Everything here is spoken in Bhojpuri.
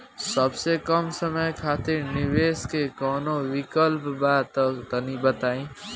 सबसे कम समय खातिर निवेश के कौनो विकल्प बा त तनि बताई?